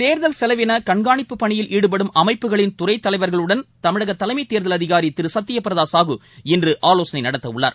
தேர்தல் செலவின கண்காணிப்பு பணியில் ஈடுபடும் அமைப்புகளின் துறைத்தலைவர்களுடன் தமிழக தலைமைத் தேர்தல் அதிகாரி திரு சத்தியபிரதா சாகூ இன்று ஆவோசனை நடத்தவுள்ளார்